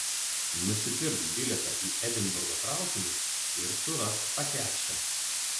nusipirk bilietą į edinburgo traukinį ir surask tą kekšę